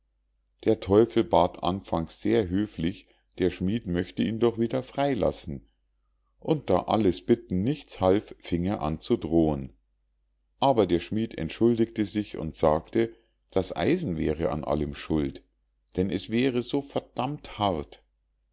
der teufel bat anfangs sehr höflich der schmied möchte ihn doch wieder frei lassen und da alles bitten nichts half fing er an zu drohen aber der schmied entschuldigte sich und sagte das eisen wäre an allem schuld denn es wäre so verdammt hart